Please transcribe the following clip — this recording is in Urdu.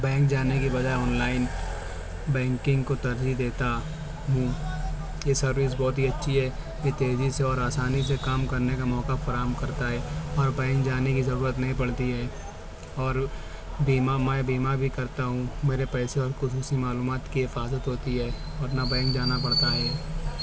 بینک جانے کے بجائے آن لائن بینکنگ کو ترجیح دیتا ہوں یہ سروس بہت ہی اچھی ہے یہ تیزی سے اور آسانی سے کام کرنے کا موقع فراہم کرتا ہے اور بینک جانے کی ضرورت نہیں پڑتی ہے اور بیمہ میں بیمہ بھی کرتا ہوں میرے پیسے اور خصوصی معلومات کی حفاظت ہوتی ہے اور نہ بینک جانا پڑتا ہے